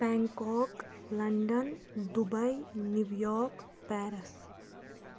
Bangkok London Dubai New York Paris